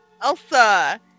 Elsa